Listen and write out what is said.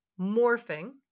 morphing